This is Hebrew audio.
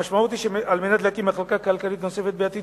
המשמעות היא שעל מנת להקים מחלקה כלכלית נוספת בעתיד